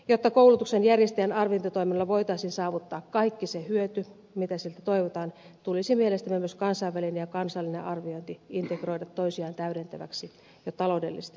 jotta koulutuksen järjestäjän arviointitoimilla voitaisiin saavuttaa kaikki se hyöty mitä siltä toivotaan tulisi mielestämme myös kansainvälinen ja kansallinen arviointi integroida toisiaan täydentäviksi jo taloudellisistakin syistä